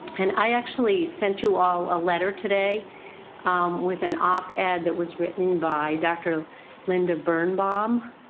and i actually sent you all a letter today with an op-ed and that was written by doctor linda birnbaum.